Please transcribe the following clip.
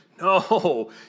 no